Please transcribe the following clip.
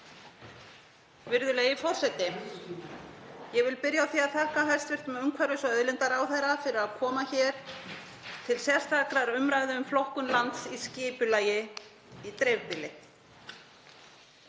Virðulegi forseti. Ég vil byrja á því að þakka hæstv. umhverfis- og auðlindaráðherra fyrir að koma hér til sérstakrar umræðu um flokkun lands í skipulagi í dreifbýli.